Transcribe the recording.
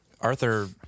Arthur